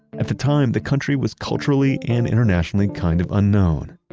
at the time, the country was culturally and internationally kind of unknown.